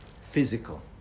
physical